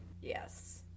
Yes